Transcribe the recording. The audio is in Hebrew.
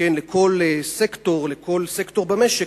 לכל סקטור במשק,